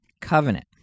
covenant